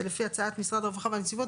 (א2) זה לפי הצעת משרד הרווחה והנציבות,